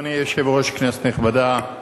אדוני היושב-ראש, כנסת נכבדה,